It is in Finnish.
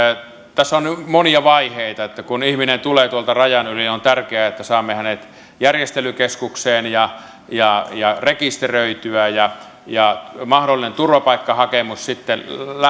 tässä on monia vaiheita kun ihminen tulee tuolta rajan yli niin on tärkeää että saamme hänet järjestelykeskukseen ja ja rekisteröityä ja ja mahdollinen turvapaikkahakemus sitten